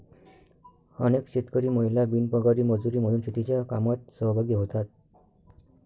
अनेक शेतकरी महिला बिनपगारी मजुरी म्हणून शेतीच्या कामात सहभागी होतात